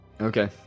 Okay